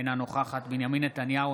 אינה נוכחת בנימין נתניהו,